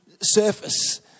surface